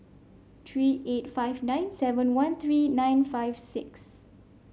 three eight five nine seven one three nine five six